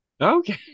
Okay